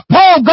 Paul